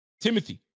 Timothy